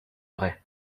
vrai